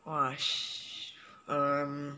!wah! sh~ um